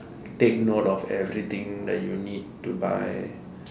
take note of everything that you need to buy